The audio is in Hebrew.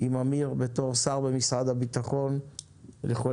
עם אמיר בתור שר במשרד הבטחון לחולל